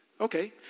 Okay